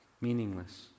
meaningless